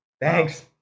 thanks